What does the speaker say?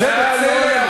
זה "בצלם"?